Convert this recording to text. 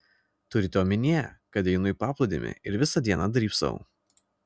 turite omenyje kad einu į paplūdimį ir visą dieną drybsau